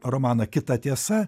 romaną kita tiesa